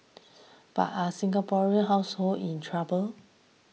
but are Singaporean households in trouble